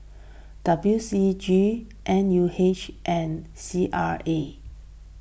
W C G N U H and C R A